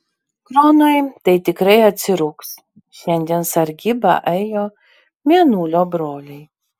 kronui tai tikrai atsirūgs šiandien sargybą ėjo mėnulio broliai